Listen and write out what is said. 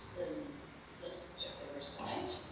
in this particular slide.